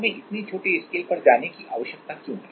हमें इतने छोटे स्केल पर जाने की आवश्यकता क्यों है